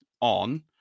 on